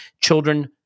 children